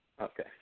Okay